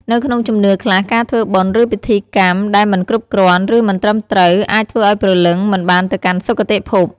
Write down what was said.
នៅក្នុងជំនឿខ្លះ ការធ្វើបុណ្យ ឬពិធីកម្មដែលមិនគ្រប់គ្រាន់ ឬមិនត្រឹមត្រូវអាចធ្វើឱ្យព្រលឹងមិនបានទៅកាន់សុគតិភព។